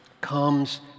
comes